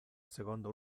secondo